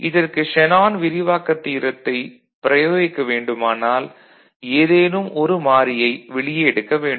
இதற்கு ஷேனான் விரிவாக்கத் தியரத்தை பிரயோகிக்க வேண்டுமானால் ஏதேனும் ஒரு மாறியை வெளியே எடுக்க வேண்டும்